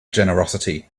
generosity